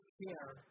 care